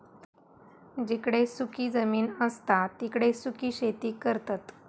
जिकडे सुखी जमीन असता तिकडे सुखी शेती करतत